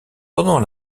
pendant